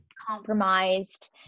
compromised